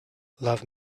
love